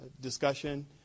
discussion